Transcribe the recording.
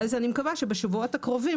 ואז אני מקווה שבשבועות הקרובים